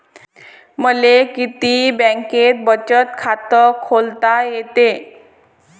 मले किती बँकेत बचत खात खोलता येते?